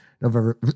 November